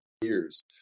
years